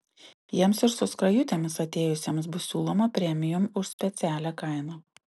jiems ir su skrajutėmis atėjusiems bus siūloma premium už specialią kainą